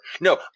No